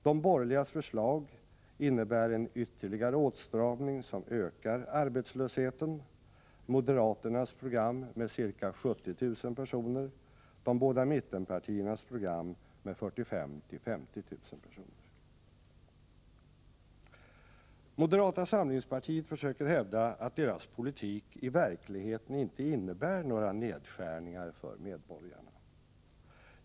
De borgerligas förslag innebär en ytterligare åtstramning som ökar arbetslösheten — moderaternas program med ca 70 000 personer, de båda mittenpartiernas program med 45 000-50 000 personer. Moderata samlingspartiet försöker hävda att deras politik i verkligheten inte innebär några nedskärningar för medborgarna.